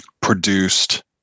produced